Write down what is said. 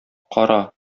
кара